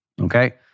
Okay